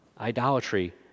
Idolatry